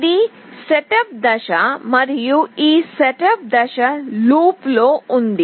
ఇది సెటప్ దశ మరియు ఈ సెటప్ దశ లూప్లో ఉంది